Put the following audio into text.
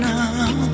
now